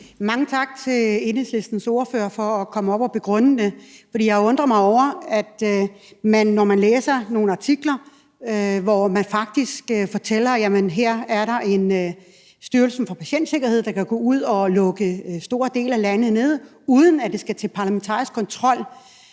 Mange tak til Enhedslistens ordfører for at komme op og begrunde det. For jeg undrer mig over, at ordføreren – når man læser nogle artikler, hvor der faktisk fortælles, at her er der en Styrelse for Patientsikkerhed, der kan gå ud og lukke store dele af landet ned, uden at det skal være under parlamentarisk kontrol